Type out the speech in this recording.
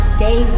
Stay